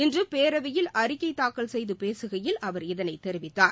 இன்று பேரவையில் அறிக்கை தாக்கல் செய்து பேசுகையில் அவர் இதனைத் தெரிவித்தார்